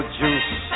juice